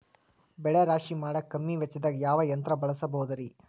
ಬೆಳೆ ರಾಶಿ ಮಾಡಾಕ ಕಮ್ಮಿ ವೆಚ್ಚದಾಗ ಯಾವ ಯಂತ್ರ ಬಳಸಬಹುದುರೇ?